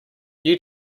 you